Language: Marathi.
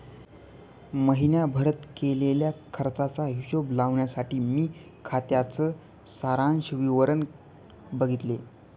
महीण्याभारत केलेल्या खर्चाचा हिशोब लावण्यासाठी मी खात्याच सारांश विवरण बघितले